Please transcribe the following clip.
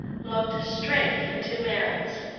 looked straight into merrit's.